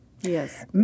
Yes